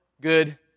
good